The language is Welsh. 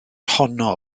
honno